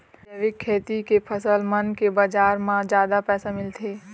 जैविक खेती के फसल मन के बाजार म जादा पैसा मिलथे